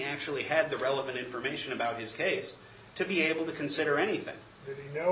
actually had the relevant information about his case to be able to consider anything